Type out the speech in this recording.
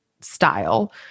style